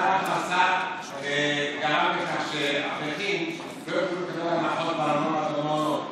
עשה וגרם לכך שאברכים לא יוכלו לקבל הנחות בארנונה ובמעונות.